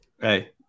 Hey